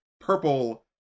purple